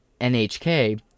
NHK